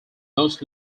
most